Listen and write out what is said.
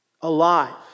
alive